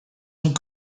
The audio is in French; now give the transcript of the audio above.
ont